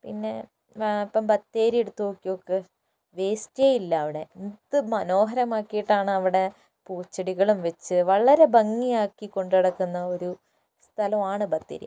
പിന്നെ ഇപ്പം ബത്തേരി എടുത്തു നോക്കിനോക്ക് വേസ്റ്റേയില്ല അവിടെ എന്ത് മനോഹരമാക്കിയിട്ടാണ് അവിടെ പൂച്ചെടികളും വച്ച് വളരെ ഭംഗിയാക്കി കൊണ്ടുനടക്കുന്ന ഒരു സ്ഥലമാണ് ബത്തേരി